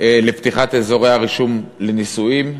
לפתיחת אזורי הרישום לנישואין,